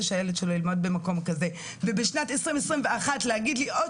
שהילד שלו ילמד במקום כזה ובשנת 2021 להגיד לי "עוד